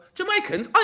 Jamaicans